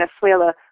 Venezuela